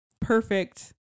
perfect